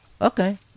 Okay